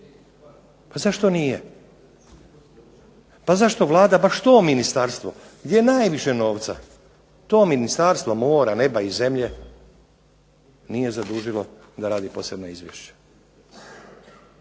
Pa zašto nije? Pa zašto Vlada baš to ministarstvo gdje je najviše novca, to ministarstvo mora, neba i zemlje nije zadužilo da radi posebna izvješća?